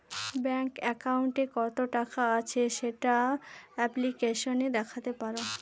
bank একাউন্টে কত টাকা আছে সেটা অ্যাপ্লিকেসনে দেখাতে পাবো